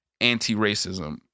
anti-racism